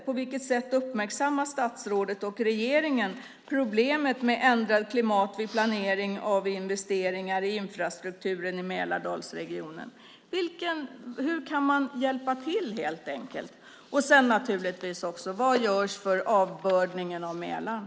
På vilket sätt uppmärksammar regeringen problemet med ändrat klimat vid planering av investeringar i infrastrukturen i Mälardalsregionen? Hur kan man helt enkelt hjälpa till? Min fråga är också: Vad görs för avbördningen av Mälaren?